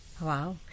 Wow